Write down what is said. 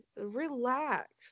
relax